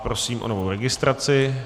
Prosím o novou registraci.